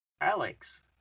Alex